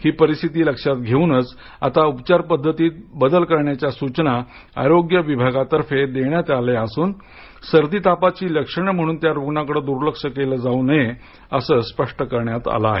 ही परिस्थिती लक्षात घेऊनच आता उपचार पद्धतीत बदल करण्याच्या सूचना आरोग्य विभागातर्फे देण्यात आल्या असून सर्दी तापाची लक्षणं म्हणून त्या रुग्णांकडं दुर्लक्ष केलं जाऊ नये असं स्पष्ट करण्यात आलं आहे